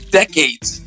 decades